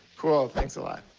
cool, thanks a lot.